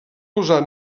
usar